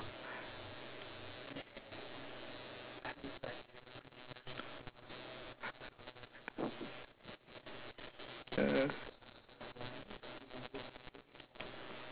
mm